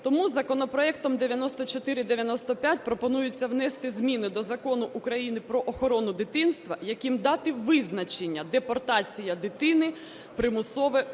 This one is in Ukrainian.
Тому законопроектом 9495 пропонується внести зміни до Закону України "Про охорону дитинства", яким дати визначення "депортація дитини", "примусове переміщення